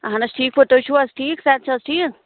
اَہَن حظ ٹھیٖک پٲٹھۍ تۄہہِ چھُو حظ ٹھیٖک صحت چھَ حظ ٹھیٖک